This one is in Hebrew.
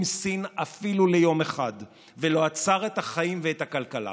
סין אפילו ליום אחד ולא עצר את החיים ואת הכלכלה.